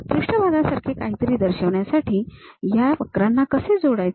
पृष्ठभागासारखे काहीतरी दर्शवण्यासाठी या वक्रांना कसे जोडायचे